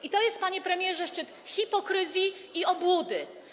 I to jest, panie premierze, szczyt hipokryzji i obłudy.